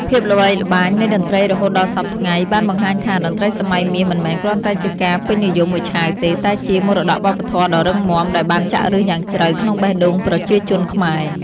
ភាពល្បាញល្បីនៃតន្រ្តីរហូតដល់សព្វថ្ងៃ បានបង្ហាញថា តន្ត្រីសម័យមាសមិនមែនគ្រាន់តែជាការពេញនិយមមួយឆាវទេ តែជា មរតកវប្បធម៌ដ៏រឹងមាំ ដែលបានចាក់ឫសយ៉ាងជ្រៅក្នុងបេះដូងប្រជាជនខ្មែរ។